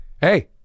hey